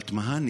אלא מאי?